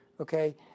Okay